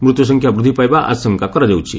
ମୃତ୍ୟୁ ସଂଖ୍ୟା ବୃଦ୍ଧି ପାଇବା ଆଶଙ୍କା କରାଯାଉଛି